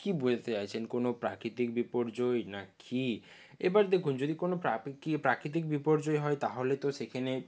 কী বোঝাতে চাইছেন কোনো প্রাকৃতিক বিপর্যয় না কী এবার দেখুন যদি কোনো প্রাকৃতিক বিপর্যয় হয় তাহলে তো সেখানে